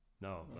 No